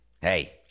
Hey